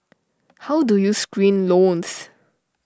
how do you screen loans